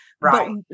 Right